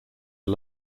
are